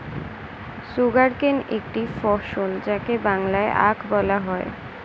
sugarcane একটি ফসল যাকে বাংলায় আখ বলা হয়